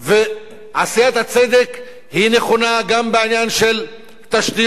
ועשיית הצדק היא נכונה גם בעניין של תשתיות,